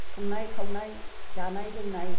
संनाय खावनाय जानाय लोंनाय